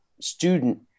student